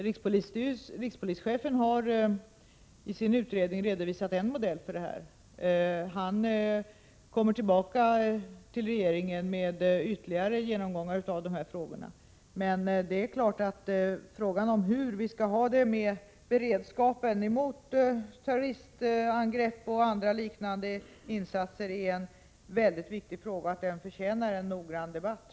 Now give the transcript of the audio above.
Rikspolischefen har i sin utredning redovisat en modell för det, och han kommer tillbaka till regeringen med ytterligare genomgångar av frågorna. Hur vi skall ha det med beredskapen mot terroristangrepp och liknande insatser är en väldigt viktig fråga som förtjänar en noggrann debatt.